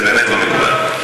זה באמת לא מקובל.